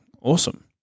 awesome